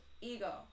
ego